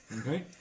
Okay